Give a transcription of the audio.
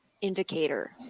indicator